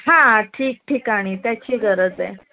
हां ठिकठिकाणी त्याची गरज आहे